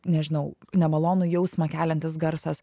nežinau nemalonų jausmą keliantis garsas